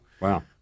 wow